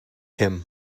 him